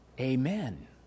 Amen